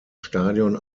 stadion